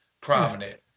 prominent